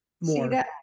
more